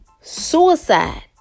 suicide